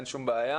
אין שום בעיה.